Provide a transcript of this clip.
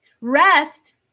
Rest